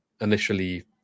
initially